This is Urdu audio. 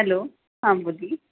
ہیلو ہاں بولیے